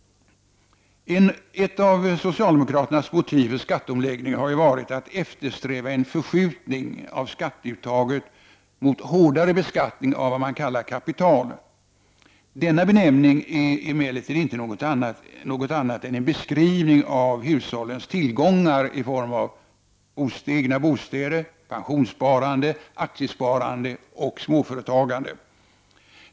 Ett av socialdemokraternas motiv för skatteomläggningen har ju varit att eftersträva en förskjutning av skatteuttaget mot hårdare beskattning av vad man kallar kapital. Denna benämning är emellertid inte något annat än en beskrivning av hushållens tillgångar i form av egna bostäder, pensionssparande, aktiesparande och småföretagande.